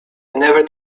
never